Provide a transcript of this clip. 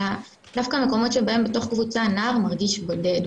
אלא דווקא מקומות שבהם בתוך קבוצה נער מרגיש בודד,